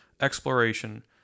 exploration